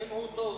אם הוא טוב,